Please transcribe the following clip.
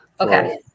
Okay